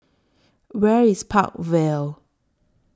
Where IS Park Vale